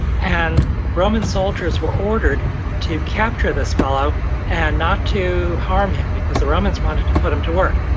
and roman soldiers were ordered to capture this fellow and not to harm him, because the romans wanted to put him to work.